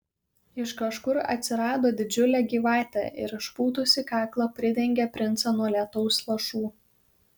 iš kažkur atsirado didžiulė gyvatė ir išpūtusi kaklą pridengė princą nuo lietaus lašų